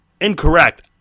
incorrect